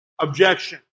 objection